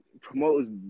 promoters